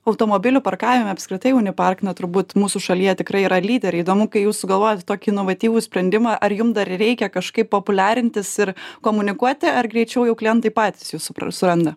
automobilių parkavime apskritai unipark na turbūt mūsų šalyje tikrai yra lyderiai įdomu kai jūs sugalvojote tokį inovatyvų sprendimą ar jum dar reikia kažkaip populiarintis ir komunikuoti ar greičiau jau klientai patys jus suranda